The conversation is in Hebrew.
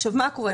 עכשיו מה קורה?